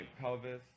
pelvis